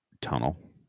tunnel